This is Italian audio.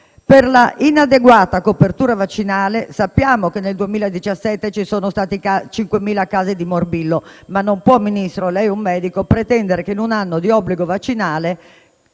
Per la inadeguata copertura vaccinale, sappiamo che nel 2017 ci sono stati 5.000 casi di morbillo, ma Ministro, lei è un medico, non può pretendere che in un anno di obbligo vaccinale